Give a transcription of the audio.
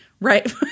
right